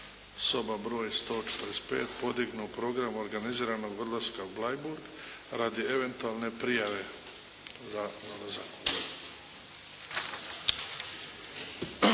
soba broj 145, podignu program organiziranog odlaska u Bleiburg, radi eventualne prijave za odlazak.